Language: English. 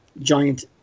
giant